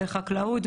חקלאות,